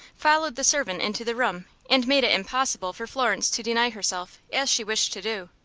followed the servant into the room, and made it impossible for florence to deny herself, as she wished to do.